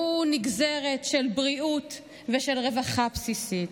שהוא נגזרת של בריאות ושל רווחה בסיסית.